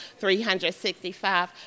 365